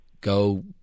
go